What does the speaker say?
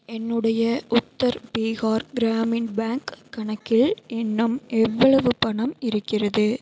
என்னுடைய உத்தர் பீகார் கிராமின் பேங்க் கணக்கில் இன்னும் எவ்வளவு பணம் இருக்கிறது